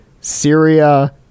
Syria